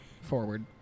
forward